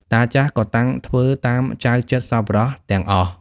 តាចាស់ ក៏តាំងធ្វើតាមចៅចិត្តសប្បុរសទាំងអស់ ។